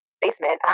basement